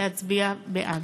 להצביע בעד.